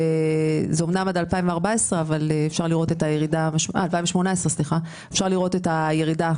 זה אמנם עד 2018 אבל אפשר לראות את הירידה